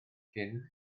cyn